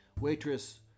Waitress